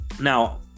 Now